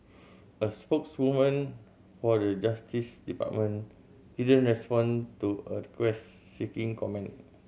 a spokeswoman for the Justice Department didn't respond to a quest seeking comment